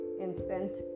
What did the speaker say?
instant